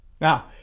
now